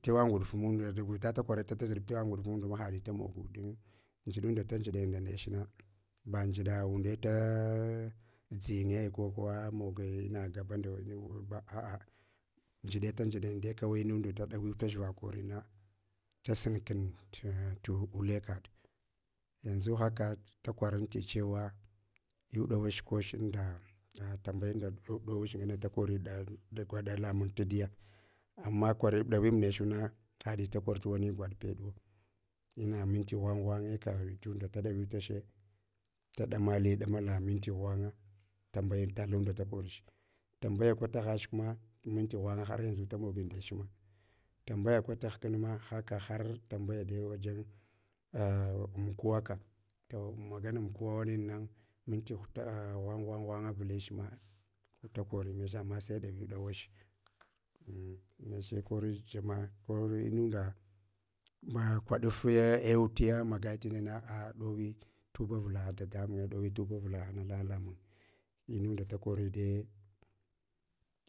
tewa nguɗf munda, vita da kwarata dazuɗb tewa nguɗf mundu ma hadi damogu don dziɗunda ta dziɗa yin ndah nech na va ndziɗa unde ta dzinye ko kuwa a mogi inagaba nda wani undba aa ndziɗe tandziɗa yinde kawai inunda da ɗawintach va korina, dasun kun ah tu ulekaɗ, yanzu haka da kwavanti chewa inrɗawach, koshin nda a tambayanda ɗo ɗowuch ngane da koriɗa gwaɗa lamun taɗiya, ama kwarib ɗawib nechuna hadi da kor ti wani gwaɗ peɗuwa, ina minti ghwang ghwanye ka tunda da ɗavitache da ɗamali damala minti ghwanga tambaya talan da da da korchi, tambaya kwata hash kuma minti ghwanga haryanzu damogi ndech ma, tambaya kwata hkan ma haka har tambayade wajen aa amkuwa ka, to magana amkuwa ɗin nan minti huta ghwang ghwang ghwanga vdich ma guda kor mech ama sai ɗawi ɗawa che an neche korichi ma ko inunda ma kwaɗaf ya ew tiya magai tinana a ɗowi tuba avla dadamunye dowi tuba avla ghan lalamun, inunda dakori de.